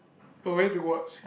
but when did you watch